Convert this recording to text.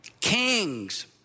kings